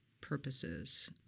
purposes